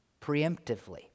preemptively